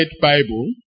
Bible